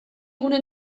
gune